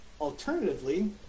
alternatively